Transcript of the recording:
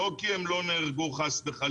אנחנו לא סופרים, כי הם לא נהרגו, חס וחלילה,